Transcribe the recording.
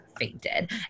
fainted